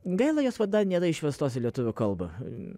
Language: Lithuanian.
gaila jos vat dar nėra išverstos į lietuvių kalbą